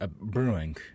brewing